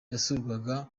yasuraga